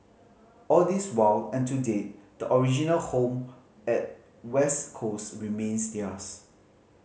all this while and to date the original home at west coast remains theirs